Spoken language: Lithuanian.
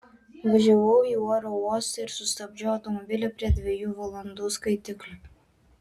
nuvažiavau į oro uostą ir sustabdžiau automobilį prie dviejų valandų skaitiklio